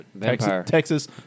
Texas